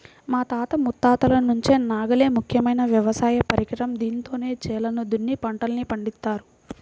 మా తాత ముత్తాతల నుంచి నాగలే ముఖ్యమైన వ్యవసాయ పరికరం, దీంతోనే చేలను దున్ని పంటల్ని పండిత్తారు